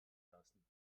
lassen